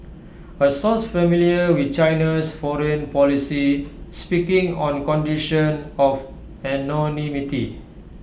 A source familiar with China's foreign policy speaking on condition of anonymity